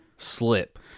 slip